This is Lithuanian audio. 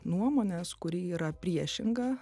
nuomonės kuri yra priešinga